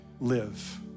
live